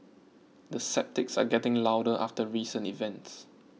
the sceptics are getting louder after recent events